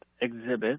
exhibit